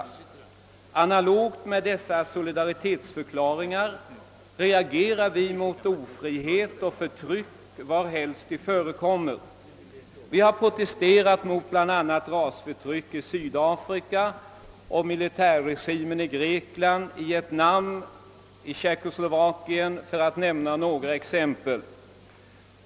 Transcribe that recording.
Analogt med dessa solidaritetsförklaringar reagerar vi mot ofrihet och förtryck varhelst det förekommer. Vi har protesterat mot bl.a. rasförtryck i Sydafrika, mot militärregimen i Grekland, mot förhållandena i Vietnam och Tjeckoslovakien, för att nämna några exempel.